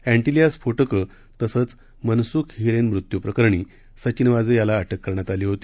एंटिलीया स्फोटकं तसेच मनसुख हिरेन मृत्यू प्रकरणी सचिन वाजे याला अटक करण्यात आली होती